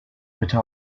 bitte